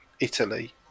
Italy